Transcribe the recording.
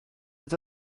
nad